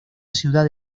ciudad